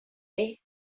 mới